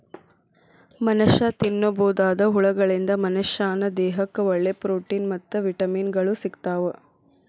ಮನಷ್ಯಾ ತಿನ್ನಬೋದಾದ ಹುಳಗಳಿಂದ ಮನಶ್ಯಾನ ದೇಹಕ್ಕ ಒಳ್ಳೆ ಪ್ರೊಟೇನ್ ಮತ್ತ್ ವಿಟಮಿನ್ ಗಳು ಸಿಗ್ತಾವ